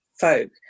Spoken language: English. folk